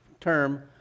term